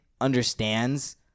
understands